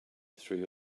through